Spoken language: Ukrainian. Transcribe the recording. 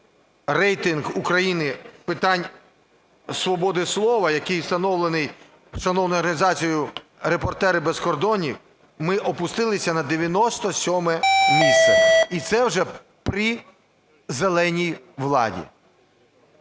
рейтинг України з питань свободи слова, який встановлений шанованою організацією "Репортери без кордонів", ми опустилися на 97-е місце. І це вже при "зеленій" владі.